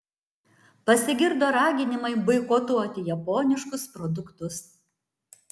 pasigirdo raginimai boikotuoti japoniškus produktus